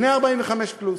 בני 45 פלוס,